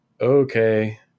okay